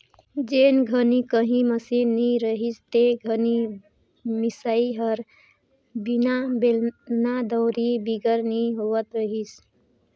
जेन घनी काही मसीन नी रहिस ते घनी मिसई हर बेलना, दउंरी बिगर नी होवत रहिस